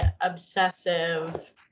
obsessive